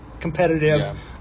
competitive